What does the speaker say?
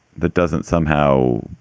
that doesn't somehow